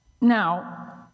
Now